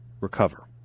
recover